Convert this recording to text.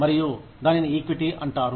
మరియు దానిని ఈక్విటీ అంటారు